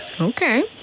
Okay